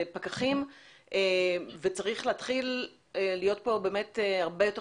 פקחים; וצריך להתחיל להיות פה באמת הרבה יותר